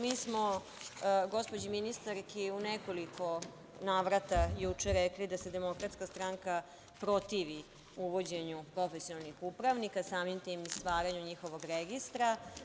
Mi smo gospođi ministarki u nekoliko navrata juče rekli da se DS protivi uvođenju profesionalnih upravnik, samim tim i stvaranju i njihovog registra.